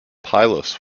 pylos